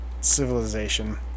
civilization